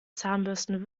zahnbürsten